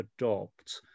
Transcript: adopt